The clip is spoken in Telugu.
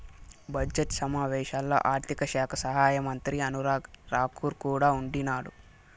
బడ్జెట్ సమావేశాల్లో ఆర్థిక శాఖ సహాయమంత్రి అనురాగ్ రాకూర్ కూడా ఉండిన్నాడు